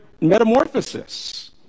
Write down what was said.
metamorphosis